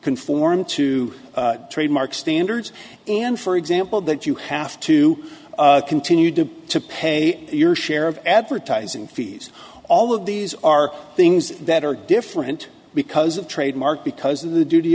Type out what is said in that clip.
conform to trademark standards and for example that you have to continue to pay your share of advertising fees all of these are things that are different because of trademark because of the duty